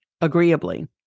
agreeably